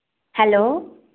hello